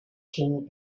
king